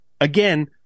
Again